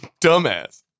dumbass